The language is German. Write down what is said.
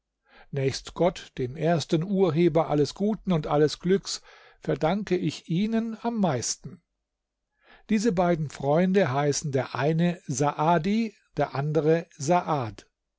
nächst gott dem ersten urheber alles guten und alles glücks verdanke ich ihnen am meisten diese beiden freunde heißen der eine saadi der andere saad